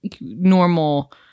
normal